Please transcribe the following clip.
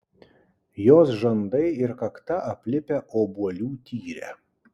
jos žandai ir kakta aplipę obuolių tyre